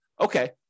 okay